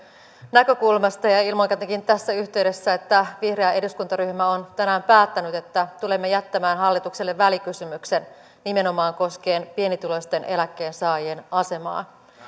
näkökulmasta ja ilmoitankin tässä yhteydessä että vihreä eduskuntaryhmä on tänään päättänyt että tulemme jättämään hallitukselle välikysymyksen koskien nimenomaan pienituloisten eläkkeensaajien asemaa